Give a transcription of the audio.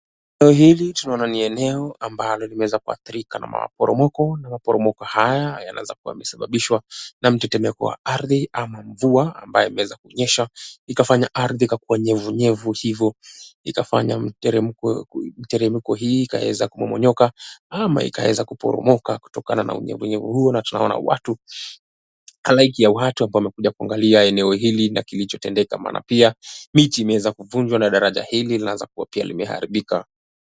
Eneo hili tunaona ni eneo ambalo limeweza kuathirika na maporomoko na maporomoko haya yanaeza kua yamesabababishwa na mtetemeko wa ardhi ama mvua ambayo imeeza kunyesha ikafanya ardhi ikakua nyevunyevu hivo ikafanya mteremko mteremko hii ikaeza kumomonyoka ama ikaeza kuporomoka kutokana na unyevunyevu huu tunaona watu halaiki ya watu hapa wamekuja kuangalia eneo hili na kilichotendeka maana pia miti imeweza kuvunjwa na daraja hili linaeza kua pia limeharibika.